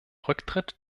rücktritt